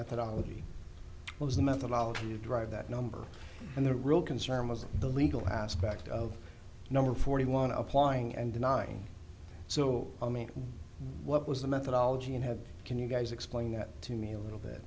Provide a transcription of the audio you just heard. methodology was the methodology to drive that number and the real concern was the legal aspect of number forty one applying and denying so i mean what was the methodology and have can you guys explain that to me a little bit